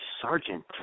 sergeant